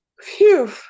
Phew